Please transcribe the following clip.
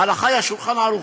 ההלכה היא ה"שולחן ערוך",